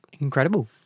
Incredible